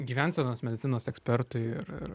gyvensenos medicinos ekspertui ir ir